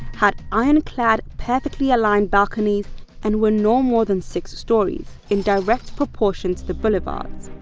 had iron-clad, perfectly aligned balconies and were no more than six stories, in direct proportion to the boulevards.